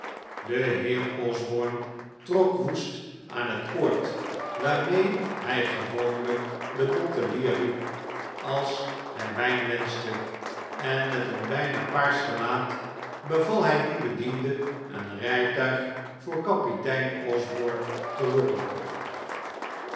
de heer osborne trok woest aan het koord waarmee hij gewoonlijk den bottelier riep als hij wijn wenschte en met een bijna paars gelaat beval hij dien bediende een rijtuig voor kapitein osborne te roepen